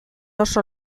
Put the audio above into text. oso